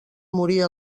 morir